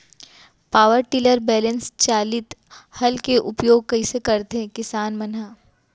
Power tiller balance चालित हल के उपयोग कइसे करथें किसान मन ह?